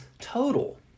total